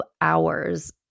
hours